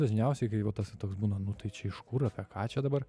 dažniausiai kai vat tas toks būna nu tai čia iš kur apie ką čia dabar